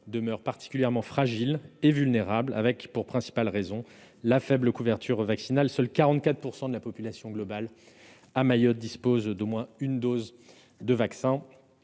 demeure particulièrement fragile et vulnérable, la principale raison étant la faible couverture vaccinale. En effet, seuls 44 % de la population globale à Mayotte disposent d'au moins une dose de vaccin.